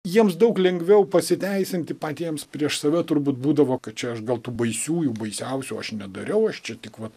jiems daug lengviau pasiteisinti patiems prieš save turbūt būdavo kad čia aš gal tų baisiųjų baisiausių aš nedariau aš čia tik vat